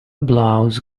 blouse